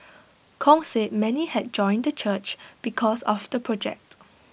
Kong said many had joined the church because of the project